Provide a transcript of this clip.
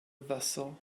vessel